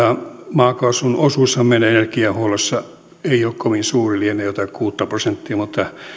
maakaasun osuushan meidän energiahuollossamme ei ole kovin suuri lienee jotain kuutta prosenttia mutta